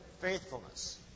faithfulness